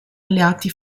alleati